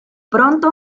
pronto